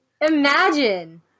Imagine